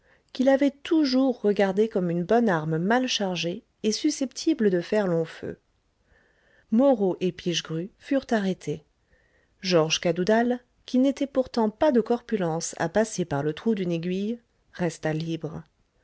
qu'il avait toujours regardé comme une bonne arme mal chargée et susceptible de faire long feu moreau et pichegru furent arrêtés georges cadoudal qui n'était pourtant pas de corpulence à passer par le trou d'une aiguille resta libre